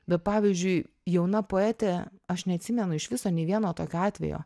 bet pavyzdžiui jauna poetė aš neatsimenu iš viso nei vieno tokio atvejo